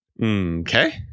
Okay